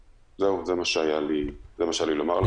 זהו, זה מה שהיה לי לומר לכם.